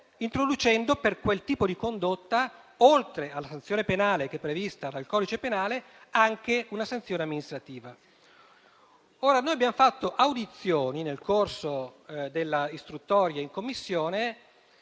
introducendo per quel tipo di condotta, oltre alla sanzione penale prevista dal codice penale, anche una sanzione amministrativa. Noi abbiamo fatto audizioni, nel corso dell'istruttoria in Commissione,